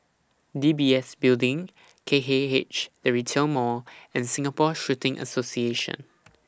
D B S Building K K H The Retail Mall and Singapore Shooting Association